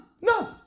No